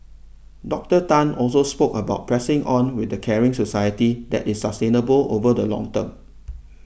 Doctor Tan also spoke about pressing on with a caring society that is sustainable over the long term